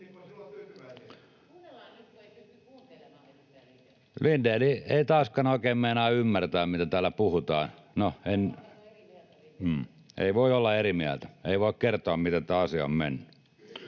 ei taaskaan oikein meinaa ymmärtää, mitä täällä puhutaan. No, ei voi olla eri mieltä, ei voi kertoa, miten tämä asia on mennyt.